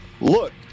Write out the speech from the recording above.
Look